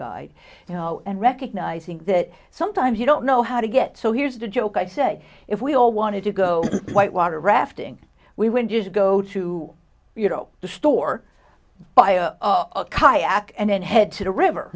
guide you know and recognizing that sometimes you don't know how to get so here's the joke i say if we all wanted to go white water rafting we went to to go to the store buy a kayak and then head to the river